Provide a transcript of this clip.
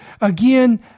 again